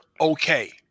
okay